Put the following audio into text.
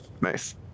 Nice